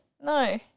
No